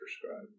prescribe